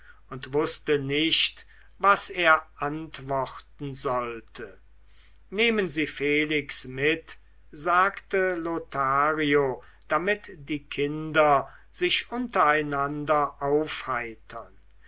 und wußte nicht was er antworten sollte nehmen sie felix mit sagte lothario damit die kinder sich untereinander aufheitern